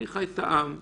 אני חי את העם.